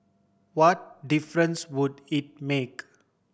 what difference would it make